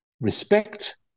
respect